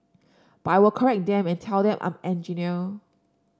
but I will correct them and tell them I'm engineer